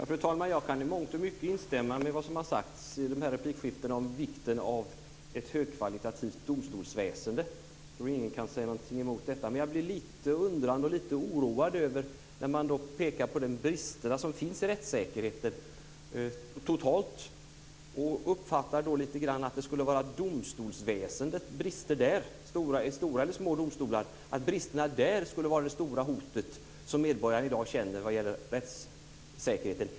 Fru talman! Jag kan i mångt och mycket instämma i det som har sagts i dessa replikskiften om vikten av ett högkvalitativt domstolsväsende. Jag tror inte att någon kan invända mot det. Men jag blir lite undrande och oroad när man pekar på de brister som finns i rättssäkerheten. Jag uppfattar det så att det är bristerna i domstolsväsendet som skulle vara det stora hotet i dag som medborgarna känner när det gäller rättssäkerheten.